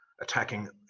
attacking